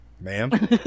ma'am